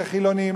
לחילונים,